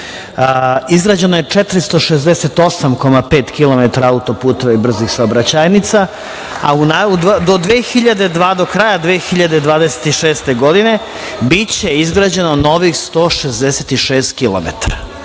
Izrađeno je 488,5 km auto puteva i brzih saobraćajnica, a u najavi do kraja 2026. godine, biće izgrađeno novih 166 km.